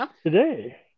today